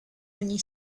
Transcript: ogni